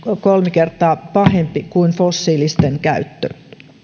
kertaa pahempi kuin fossiilisten käyttö